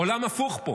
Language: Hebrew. עולם הפוך פה.